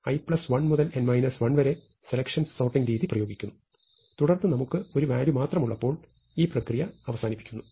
i 1 മുതൽ n 1 വരെ selection sorting രീതി പ്രയോഗിക്കുന്നു തുടർന്ന് നമുക്ക് ഒരു വാല്യൂ മാത്രമുള്ളപ്പോൾ ഈ പ്രക്രിയ അവസാനിപ്പിക്കുന്നു